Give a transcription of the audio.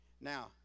Now